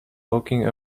locking